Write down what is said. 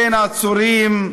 אין עצורים,